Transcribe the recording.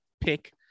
pick